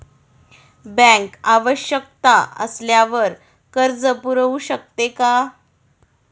Bank आवश्यकता असल्यावर कर्ज पुरवू शकते का?